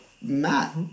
Matt